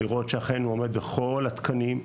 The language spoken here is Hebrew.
לראות שאכן הוא עומד בכל התקנים,